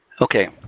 Okay